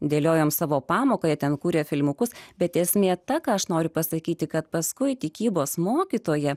dėliojame savo pamoką jie ten kūrė filmukus bet esmė ta ką aš noriu pasakyti kad paskui tikybos mokytoja